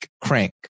crank